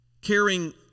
caring